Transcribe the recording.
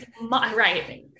Right